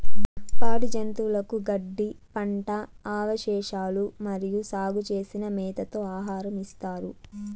పాడి జంతువులకు గడ్డి, పంట అవశేషాలు మరియు సాగు చేసిన మేతతో ఆహారం ఇస్తారు